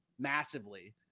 massively